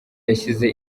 yashyize